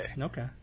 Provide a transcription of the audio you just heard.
Okay